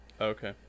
Okay